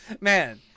Man